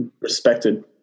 respected